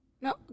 No